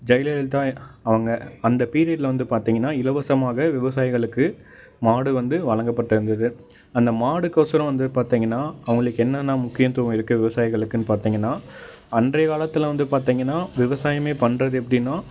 ஜெயலலிதா அவங்க அந்த பீரியட்டில வந்து பார்த்தீங்கன்னா இலவசமாக விவசாயிகளுக்கு மாடு வந்து வழங்கப்பட்டிருந்தது அந்த மாடுக்கோசரம் வந்து பார்த்தீங்கன்னா அவங்களுக்கு என்னென்ன முக்கியத்துவம் இருக்கு விவசாயிகளுக்குன்னு பார்த்தீங்கன்னா அன்றைய காலத்தில் வந்து பார்த்தீங்கன்னா விவசாயமே பண்ணுறது எப்படின்னா